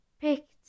picked